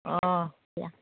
অঁ দিয়া